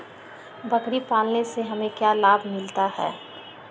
बकरी पालने से हमें क्या लाभ मिलता है?